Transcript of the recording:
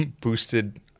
boosted